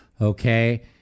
okay